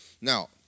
Now